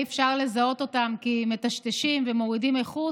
אי-אפשר לזהות אותן כי מטשטשים ומורידים איכות,